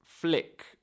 flick